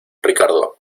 ricardo